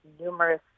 numerous